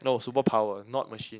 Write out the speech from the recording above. no superpower not machine